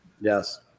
yes